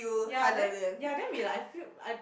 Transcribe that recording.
ya then ya then we like I feel I